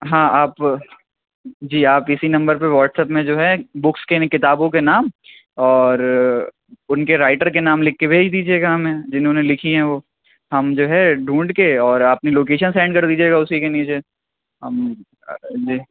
ہاں آپ جی آپ اِسی نمبر پہ واٹسایپ میں جو ہے بکس کے کتابوں کے نام اور اُن کے رائٹر کے نام لکھ کے بھیج دیجیے گا ہمیں جنہوں نے لکھی ہیں وہ ہم جو ہے ڈھونڈھ کے اور اپنی لوکیشن سینڈ کر دیجیے گا اُسی کے نیچے ہم جی